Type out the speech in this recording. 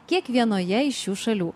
kiekvienoje iš šių šalių